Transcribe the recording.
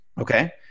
okay